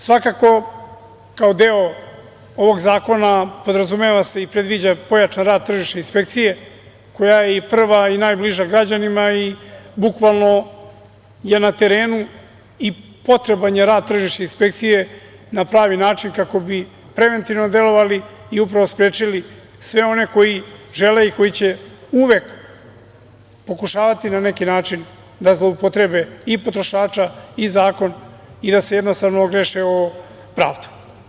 Svakako, kao deo ovog zakona podrazumeva se i predviđa pojačan rad tržišne inspekcije koja je prva i najbliža građanima i bukvalno je na terenu i potreban je rad tržišne inspekcije na pravi način kako bi preventivno delovali i upravo sprečili sve one koji žele i koji će uvek pokušavati na neki način da zloupotrebe i potrošača i zakon i da se jednostavno ogreše o pravdu.